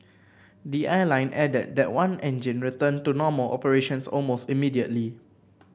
the airline added that one engine returned to normal operations almost immediately